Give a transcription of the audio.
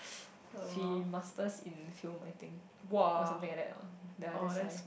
she masters in film I think or something like that ya that's why